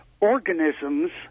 organisms